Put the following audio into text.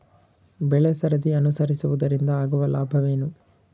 ಬೆಳೆಸರದಿ ಅನುಸರಿಸುವುದರಿಂದ ಆಗುವ ಲಾಭವೇನು?